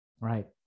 right